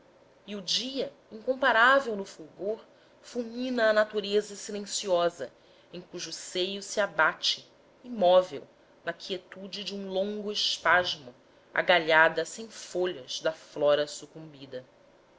e o dia incomparável no fulgor fulmina a natureza silenciosa em cujo seio se abate imóvel na quietude de um longo espasmo a galhada sem folhas da flora sucumbida